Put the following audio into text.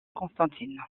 constantine